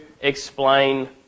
explain